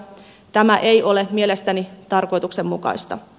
tämä ei ole mielestäni tarkoituksenmukaista